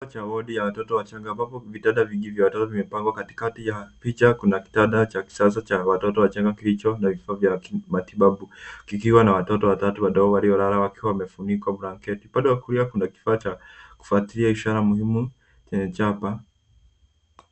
Chumba cha wodi ya watoto wachanga ambapo vitanda vingi vya watoto vimepangwa. Katikati ya picha kuna kitanda cha kisasa cha watoto wachanga kilicho na vifaa vya kimatibabu kikiwa na watoto watatu wadogo waliolala wakiwa wamefunikwa blanketi. Upande wa kulia kuna kifaa cha kufuatilia ishara muhimu chenye chapa.